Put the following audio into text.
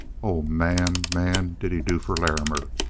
oh, man, man! did he do for larrimer?